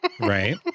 Right